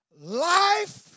life